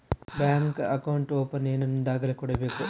Bank account open ಏನೇನು ದಾಖಲೆ ಕೊಡಬೇಕು?